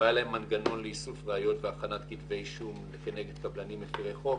לא היה להם מנגנון לאיסוף ראיות והכנת כתבי אישום כנגד קבלנים מפרי חוק